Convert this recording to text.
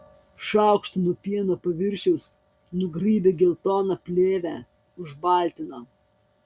šaukštu nuo pieno paviršiaus nugraibė geltoną plėvę užbaltino